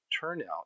Turnout